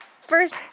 first